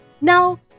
now